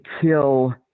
kill